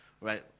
Right